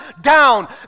down